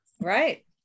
Right